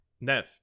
Nev